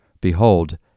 BEHOLD